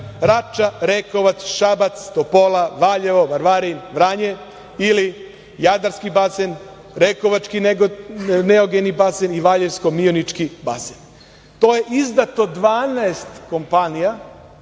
Rača, Rekovac, Šabac, Topola, Valjevo, Varvarin, Vranje ili Jadarski basen, Rekovački neogeni basen, Valjevsko-mionički basen? To je izdato 12 kompanija